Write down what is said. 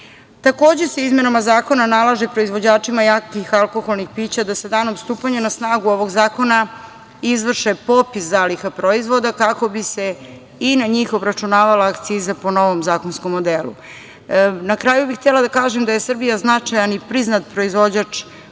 modelu. Takođe se izmenama zakona nalaže proizvođačima jakih alkoholnih pića da sa danom stupanja na snagu ovog zakona izvrše popis zaliha proizvoda kako bi se i na njih obračunavala akciza po novom zakonskom modelu. Na kraju bih htela da kažem da je Srbija značajan i priznat proizvođač piva,